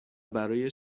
برای